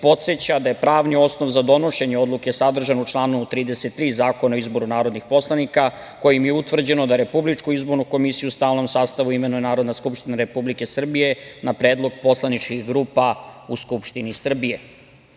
podseća da je pravni osnov za donošenje odluke sadržan u članu 33. Zakona o izboru narodnih poslanika, kojim je utvrđeno da Republičku izbornu komisiju u stalnom sastavu imenuje Narodna skupština Republike Srbije, na predlog poslaničkih grupa u Skupštini Srbije,